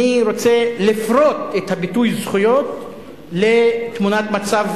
אני רוצה לפרוט את הביטוי "זכויות" לתמונת מצב